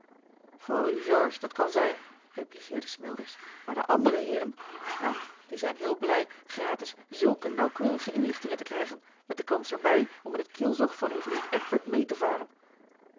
voor u george dat kan zijn repliceerde smilders maar de andere heeren wel die zijn heel blij gratis zulke nauwkeurige inlichtingen te krijgen met de kans er bij om in t kielzog van uw vriend eckbert mee te varen